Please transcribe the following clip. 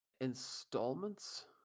installments